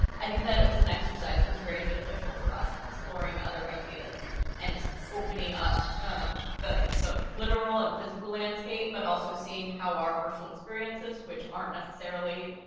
i think that it was an exercise that was very beneficial for us and exploring other ideas and just opening up the but literal and physical landscape, but also seeing how our personal experiences which aren't necessarily.